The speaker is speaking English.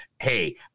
hey